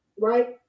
right